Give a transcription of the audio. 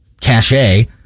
cachet